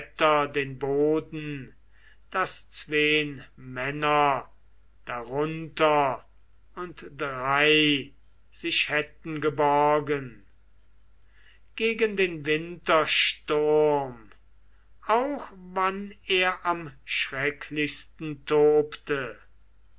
den boden daß zween männer darunter und drei sich hätten geborgen gegen den wintersturm auch wann er am schrecklichsten tobte